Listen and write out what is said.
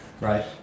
right